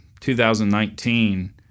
2019